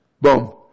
Boom